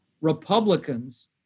Republicans